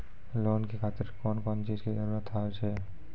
Loan के खातिर कौन कौन चीज के जरूरत हाव है?